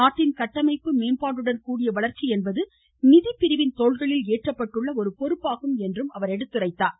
நாட்டின் கட்டமைப்பு மேம்பாடுடன்கூடிய வளர்ச்சி என்பது நிதி பிரிவின் தோள்களில் ஏற்றப்பட்டுள்ள ஒரு பொறுப்பு ஆகும் என்றும் அவர் கூறினார்